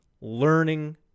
learning